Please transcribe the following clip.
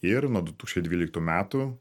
ir nuo du tūkstančiai dvyliktų metų